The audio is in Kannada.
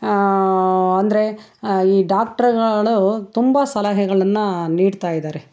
ಅಂದರೆ ಈ ಡಾಕ್ಟ್ರಗಳು ತುಂಬ ಸಲಹೆಗಳನ್ನು ನೀಡ್ತಾ ಇದ್ದಾರೆ